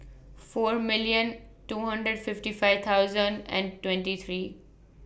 four million two hundred fifty five thousand and twenty three